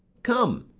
come,